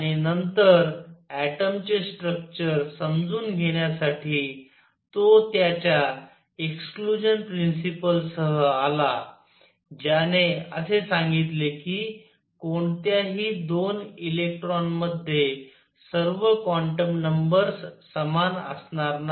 आणि नंतर ऍटम चे स्ट्रक्चर समजून घेण्यासाठी तो त्याच्या एक्सकलूजन प्रिंसिपल सह आला ज्याने असे सांगितले की कोणत्याही 2 इलेक्ट्रॉनमध्ये सर्व क्वांटम नंबर्स समान असणार नाही